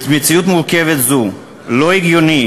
במציאות מורכבת זה לא הגיוני